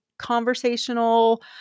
conversational